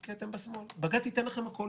כי אתם בשמאל, בג"ץ ייתן לכם הכול.